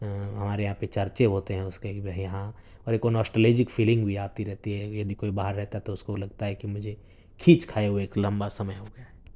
ہمارے یہاں پہ چرچے ہوتے ہیں اس کے کہ بھائی ہاں اور ایک ناسٹلیجک فیلنگ بھی آتی رہتی ہے یدی کوئی باہر رہتا ہے تو اس کو لگتا ہے کہ مجھے کھیچ کھائے ہوئے ایک لمبا سمے ہو گیا ہے